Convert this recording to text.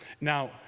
Now